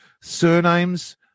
surnames